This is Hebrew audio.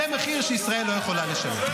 זה מחיר שישראל לא יכולה לשלם.